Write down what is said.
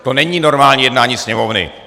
To není normální jednání sněmovny!